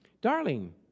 darling